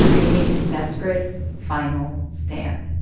they make a desperate final stand